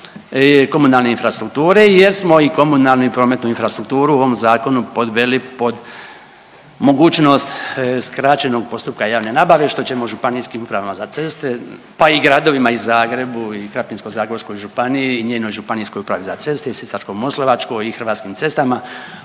komunalne infrastrukture jer smo i komunalnu i prometnu infrastrukturu u ovom zakonu podveli pod mogućnost skraćenog postupka javne nabave što ćemo Županijskim upravama za ceste, pa i gradovima i Zagrebu i Krapinsko-zagorskoj županiji i njenoj Županijskoj upravi za ceste i Sisačko-moslavačkoj i Hrvatskim cestama